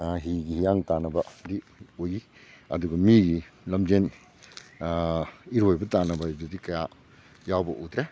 ꯍꯤꯒꯤ ꯍꯤꯌꯥꯡ ꯇꯥꯟꯅꯕꯗꯤ ꯎꯏ ꯑꯗꯨꯒ ꯃꯤꯒꯤ ꯂꯝꯖꯦꯟ ꯏꯔꯣꯏꯕ ꯇꯥꯟꯅꯕ ꯍꯥꯏꯗꯨꯗꯤ ꯀꯌꯥ ꯌꯥꯎꯕ ꯎꯗ꯭ꯔꯦ